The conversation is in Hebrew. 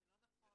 זה לא נכון.